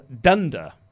Dunder